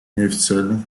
неофициальных